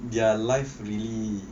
their life really